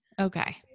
Okay